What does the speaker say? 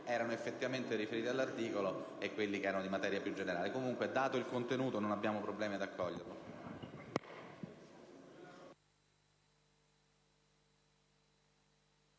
giorno effettivamente riferiti all'articolo e quelli di materia più generale. Comunque, dato il suo contenuto, non abbiamo problemi ad accogliere